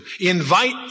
Invite